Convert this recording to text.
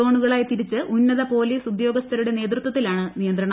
സോണുകളായി തിരിച്ച് ഉന്നത പോലീസ് ഉദ്യോഗസ്ഥരുടെ നേതൃത്വത്തിലാണ് നിയന്ത്രണം